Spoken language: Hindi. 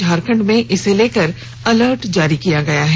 झारखंड में इसे लेकर अलर्ट जारी किया गया है